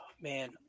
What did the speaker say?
Man